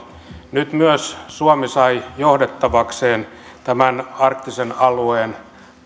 nyt myös suomi sai johdettavakseen tämän arktisen alueen